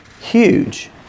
huge